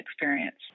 experience